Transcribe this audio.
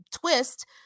Twist